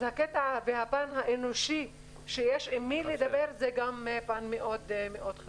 אז הקטע והפן האנושי הוא מאוד חשוב.